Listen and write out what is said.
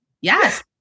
Yes